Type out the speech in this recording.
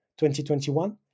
2021